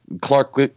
Clark